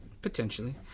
Potentially